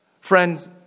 Friends